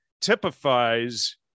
typifies